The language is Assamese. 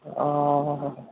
অঁ